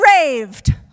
raved